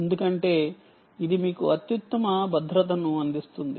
ఎందుకంటే ఇది మీకు అత్యుత్తమ భద్రతను అందిస్తుంది